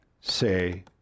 say